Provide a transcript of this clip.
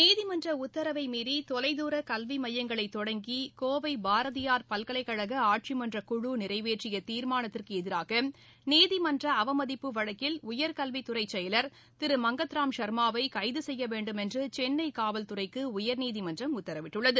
நீதிமன்ற உத்தரவை மீறி தொலைதூர கல்வி மையங்களை தொடங்கி கோவை பாரதியார் பல்கலைக்கழக ஆட்சிமன்ற குழு நிறைவேற்றிய தீர்மானத்திற்கு எதிராக நீதிமன்ற அவமதிப்பு வழக்கில் உயர்கல்வித் துறை செயலர் திரு மங்கத் ராம் சர்மாவை கைது செய்ய வேண்டும் என்று சென்னை காவல் துறைக்கு உயர்நீதிமன்றம் உத்தரவிட்டுள்ளது